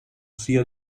sia